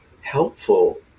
helpful